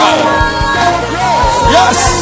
yes